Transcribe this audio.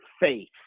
faith